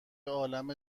عالم